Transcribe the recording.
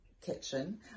kitchen